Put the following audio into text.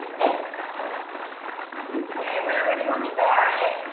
this. okay i wonder which one we got. ah.